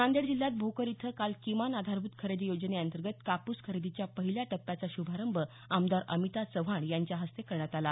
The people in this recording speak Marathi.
नांदेड जिल्ह्यात भोकर इथं काल किमान आधारभूत खरेदी योजनेंतर्गत कापूस खरेदीच्या पहिल्या टप्प्याचा श्भारंभ आमदार अमिता चव्हाण यांचे हस्ते करण्यात आला